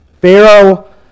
Pharaoh